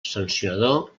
sancionador